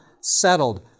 settled